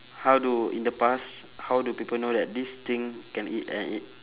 how do in the past how do people know that this thing can eat and i~